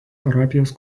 parapijos